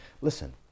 Listen